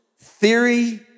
theory